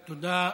תודה.